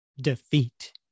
defeat